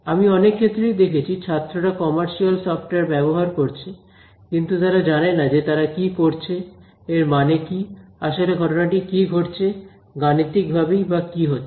আমি অনেক ক্ষেত্রেই দেখেছি ছাত্ররা কমার্শিয়াল সফটওয়্যার ব্যবহার করছে কিন্তু তারা জানে না যে তারা কি করছে এর মানে কি আসলে ঘটনাটি কী ঘটছে গাণিতিক ভাবেই বা কি হচ্ছে